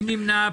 מי נמנע?